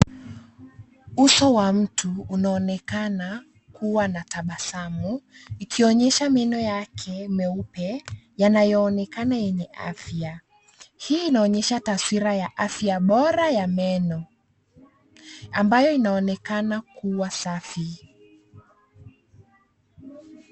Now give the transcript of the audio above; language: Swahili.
Uso wa mtu unaonekana kuwa na tabasamu, ikionyesha meno yake meupe, yanayoonekana yenye afya. Hii inaonyesha taswira ya afya bora ya meno. Ambayo inaonekana kuwa safi.